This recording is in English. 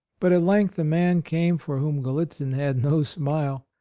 but at length a man came for whom gallitzin had no smile.